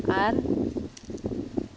ᱟᱨ